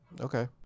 okay